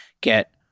get